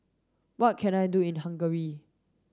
what can I do in Hungary